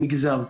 במגזר.